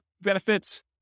benefits